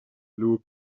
blue